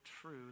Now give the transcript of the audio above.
true